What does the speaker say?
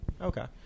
okay